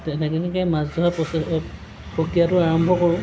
তেনেকৈ তেনেকৈ মাছ ধৰা প্ৰচেছ প্ৰক্ৰিয়াটো আৰম্ভ কৰোঁ